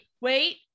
wait